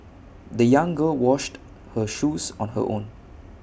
the young girl washed her shoes on her own